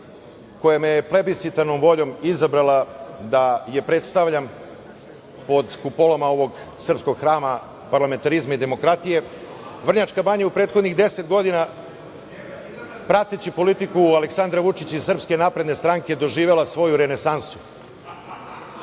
koja me je plebiscitarnom voljom izabrala da je predstavljam pod kupolama ovog srpskog hrama parlamentarizma i demokratije. Vrnjačka Banja je u prethodnih 10 godina, prateći politiku Aleksandra Vučića i SNS, doživela svoju renesansu. Više